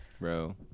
Bro